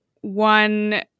One